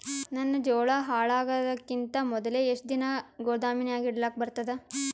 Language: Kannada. ನನ್ನ ಜೋಳಾ ಹಾಳಾಗದಕ್ಕಿಂತ ಮೊದಲೇ ಎಷ್ಟು ದಿನ ಗೊದಾಮನ್ಯಾಗ ಇಡಲಕ ಬರ್ತಾದ?